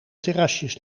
terrasjes